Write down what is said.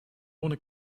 ohne